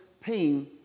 pain